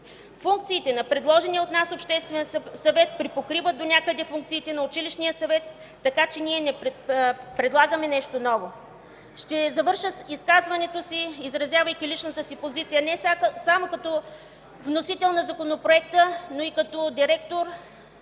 Функциите на предложения от нас Обществен съвет припокриват донякъде функциите на училищния съвет, така че ние не предлагаме нещо ново. Ще завърша изказването си, изразявайки личната си позиция не само като вносител на Законопроекта, но и като директор